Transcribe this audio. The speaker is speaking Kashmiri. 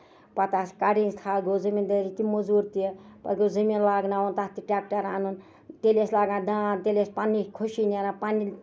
پَتہٕ آسہِ کَڈٕنۍ تھل گوٚو زٔمیٖن دٲری تہِ موزوٗر تہِ زٔمیٖن لاگناوُن تَتھ تہِ ٹیکٹر اَنُن تیٚلہِ ٲسۍ لگان دان تیٚلہِ ٲسۍ پَنٕنہِ خوشی نیران پَنٕنہِ